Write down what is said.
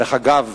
דרך אגב,